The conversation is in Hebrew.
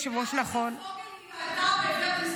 היית יושב-ראש, תגידי את זה.